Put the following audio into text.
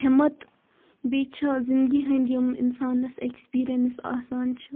ہِمت بیٚیہِ چھِ زِندگی ہٕنٛدۍ یِم اِنسانَس ایٮ۪کٕسپیٖریَنٕس آسان چھِ